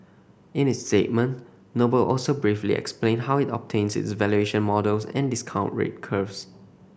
in its statement Noble also briefly explained how it obtains its valuation models and discount rate curves